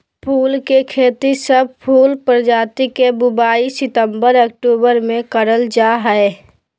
फूल के खेती, सब फूल प्रजाति के बुवाई सितंबर अक्टूबर मे करल जा हई